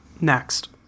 Next